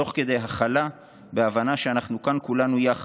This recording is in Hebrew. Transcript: תוך כדי הכלה והבנה שאנחנו כאן כולנו יחד,